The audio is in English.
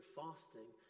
fasting